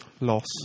Loss